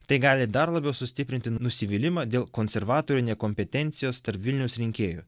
tai gali dar labiau sustiprinti nusivylimą dėl konservatorių nekompetencijos tarp vilniaus rinkėjų